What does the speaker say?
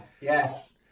Yes